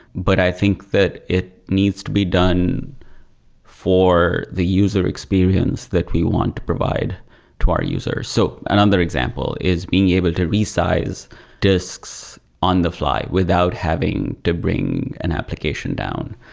but i think that it needs to be done for the user experience that we want to provide to our users. so another example is being able to resize disks on-the-fly without having to bring an application down.